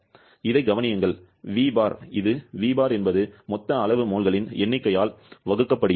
இதைக் கவனியுங்கள் ῡ இது ῡ என்பது மொத்த அளவு மோல்களின் எண்ணிக்கையால் வகுக்கப்படுகிறது